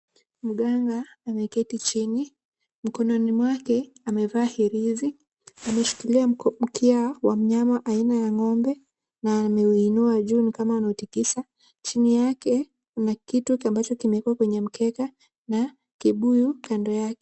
Mganga ameketi chini. Mkononi mwake amevaa hirizi. Ameshikilia mko mkia wa mnyama aina ya ng'ombe na ameuinua juu nikama anautikisa. Chini yake kuna kitu ambacho kimewekwa kwenye mkeka na kibuyu kando yake.